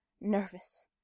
nervous